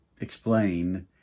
explain